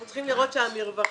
אנחנו צריכים לראות שהמרווחים